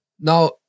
now